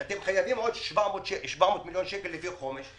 שאתם חייבים עוד 700 מיליון שקלים לפי תוכנית החומש?